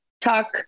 talk